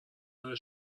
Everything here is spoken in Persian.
داره